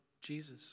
Jesus